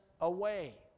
away